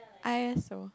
I also